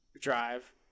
drive